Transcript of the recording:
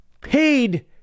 paid